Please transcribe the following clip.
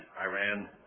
Iran